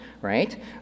right